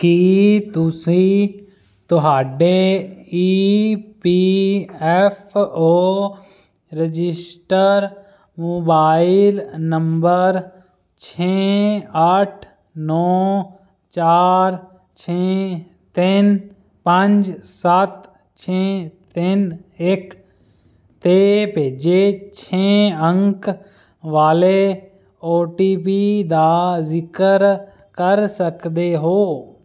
ਕੀ ਤੁਸੀਂ ਤੁਹਾਡੇ E P F O registered mobile number ਛੇ ਅੱਠ ਨੌਂ ਚਾਰ ਛੇ ਤਿੰਨ ਪੰਜ ਸੱਤ ਛੇ ਤਿੰਨ ਇੱਕ 'ਤੇ ਭੇਜੇ ਛੇ ਅੰਕ ਵਾਲੇ ਓ ਟੀ ਪੀ ਦਾ ਜ਼ਿਕਰ ਕਰ ਸਕਦੇ ਹੋ